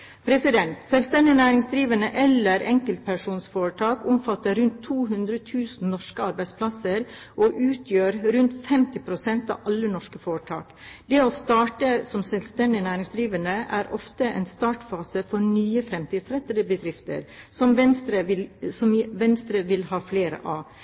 eller enkeltpersonforetak omfatter rundt 200 000 norske arbeidsplasser og utgjør rundt 50 pst. av alle norske foretak. Det å starte som selvstendig næringsdrivende er ofte en startfase for nye fremtidsrettede bedrifter, som Venstre vil ha flere av.